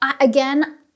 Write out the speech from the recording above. again